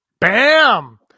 Bam